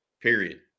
period